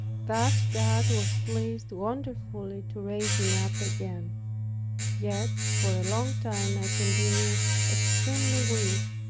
thus god was pleased wonderfully to raise me up again yet for a long time i continued extremely weak,